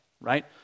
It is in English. right